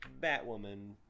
Batwoman